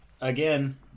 again